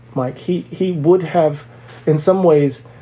like he he would have in some ways,